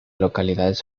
localidades